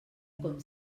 com